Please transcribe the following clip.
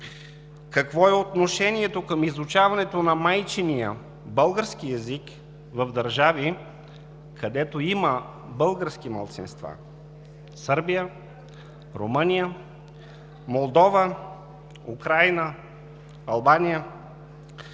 какво е отношението към изучаването на майчиния, българския език в държави, където има български малцинства – Сърбия, Румъния, Молдова, Украйна, Албания.